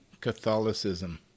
Catholicism